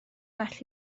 well